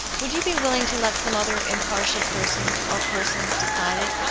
would you be willing to let some other im partial person, or persons, decide it?